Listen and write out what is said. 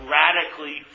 radically